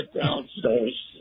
downstairs